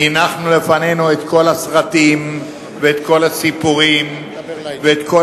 את כל הסרטים ואת כל הסיפורים ואת כל